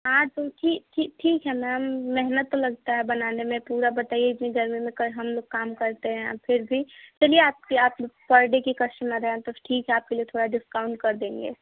हाँ तो उसी ठीक है मैम मेहनत तो लगता है बनाने में पूरा बताइए इतनी गर्मी में क हम लोग काम करते हैं आप फ़िर भी चलिए आपके आप पर डे की कस्टमर हैं तो ठीक है आपके लिए थोड़ा डिस्काउंट कर देंगे